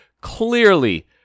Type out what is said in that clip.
clearly